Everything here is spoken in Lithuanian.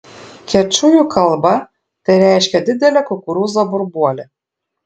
kečujų kalba tai reiškia didelę kukurūzo burbuolę